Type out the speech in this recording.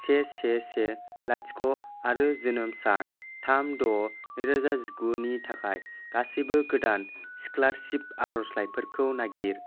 से से से लाथिख' आरो जोनोम सान थाम द' नै रोजा जिगुनि थाखाय गासिबो गोदान स्कलारसिप आर'जलाइफोरखौ नागिर